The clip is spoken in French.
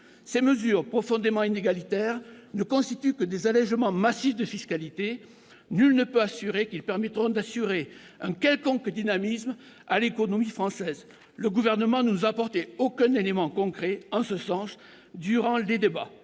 Ces mesures, profondément inégalitaires, ne constituent que des allégements massifs de fiscalité. Nul ne peut garantir qu'ils permettront d'assurer un quelconque dynamisme à l'économie française. Le Gouvernement ne nous a apporté aucun élément concret en ce sens durant les débats.